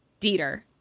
Dieter